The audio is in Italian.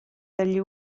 dagli